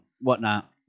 whatnot